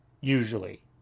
usually